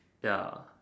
ya